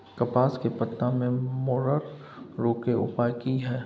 कपास के पत्ता में मरोड़ रोग के उपाय की हय?